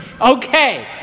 Okay